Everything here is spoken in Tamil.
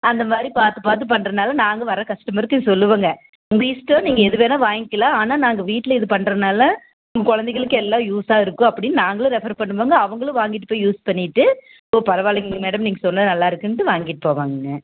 அந்தமாதிரி பார்த்து பார்த்து பண்ணுறதுனால நாங்கள் வர கஸ்டமருக்கு சொல்லுவோம்ங்க உங்கள் இஷ்டம் நீங்கள் எதுவேணா வாங்கிக்கலாம் ஆனால் நாங்கள் வீட்டில் இது பண்ணுறதுனால குழந்தைகளுக்கு எல்லாம் யூஸ்ஸாக இருக்கும் அப்படின்னு நாங்களும் ரெஃபர் பண்ணுவோம்ங்க அவங்களும் வாங்கிகிட்டு போய் யூஸ் பண்ணிவிட்டு ஓ பரவால்லைங்க மேடம் நீங்கள் சொன்னது நல்லாருக்குன்ட்டு வாங்கிட்டு போவாங்கங்க